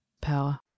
power